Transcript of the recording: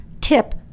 tip